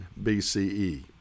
BCE